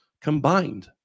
combined